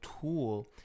tool